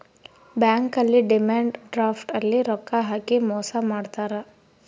bank ಅಲ್ಲಿ demand draft ಅಲ್ಲಿ ರೊಕ್ಕ ಹಾಕಿ ಮೋಸ ಮಾಡ್ತಾರ